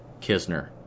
Kisner